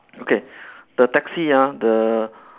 okay the taxi ah the